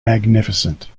magnificent